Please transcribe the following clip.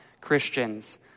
Christians